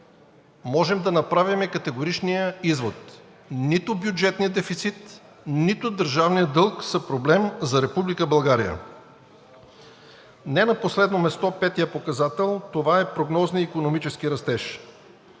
можем да направим категоричния извод: нито бюджетният дефицит, нито държавният дълг са проблем за Република България. Не на последно място, петият показател е прогнозният икономически растеж.